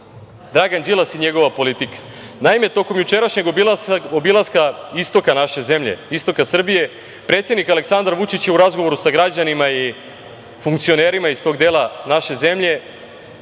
Dragan Đilas i njegova politika. Naime, tokom jučerašnjeg obilaska istoka naše zemlje, istoka Srbije, predsednik Aleksandar Vučić je u razgovoru sa građanima i funkcionerima iz tog dela naše zemlje